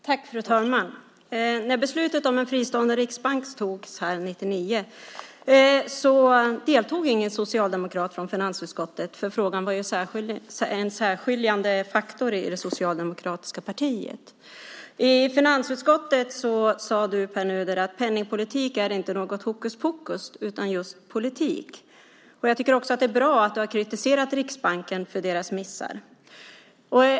Fru talman! När beslutet om en fristående riksbank fattades här 1999 deltog ingen socialdemokrat från finansutskottet, för frågan var en särskiljande faktor i det socialdemokratiska partiet. I finansutskottet sade du, Pär Nuder, att penningpolitik inte är något hokuspokus, utan just politik. Jag tycker också att det är bra att du har kritiserat Riksbanken för deras missar.